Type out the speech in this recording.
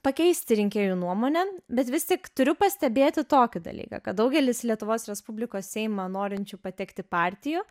pakeisti rinkėjų nuomonę bet vis tik turiu pastebėti tokį dalyką kad daugelis į lietuvos respublikos seimą norinčių patekti partijų